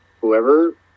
whoever